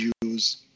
use